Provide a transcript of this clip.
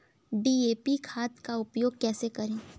DAP खाद का उपयोग कैसे करें?